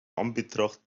anbetracht